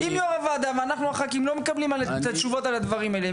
אם יו"ר הוועדה ואנחנו הח"כים לא מקבלים את התשובות על הדברים האלה,